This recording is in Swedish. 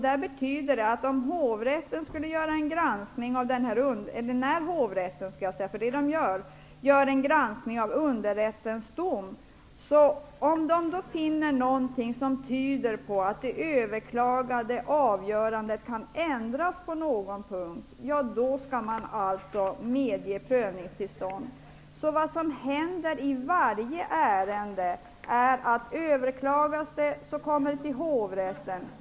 Det betyder att hovrätten vid en granskning av underrättens dom skall medge prövningstillstånd om den finner någonting som tyder på att det överklagade avgörandet kan ändras på någon punkt. Vad som händer i varje ärende är följande. Överklagas ärendet kommer det till hovrätten.